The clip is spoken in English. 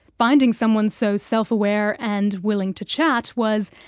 finding someone so self-aware and willing to chat was,